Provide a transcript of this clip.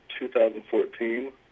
2014